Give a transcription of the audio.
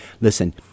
Listen